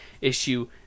issue